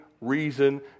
reason